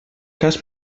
cas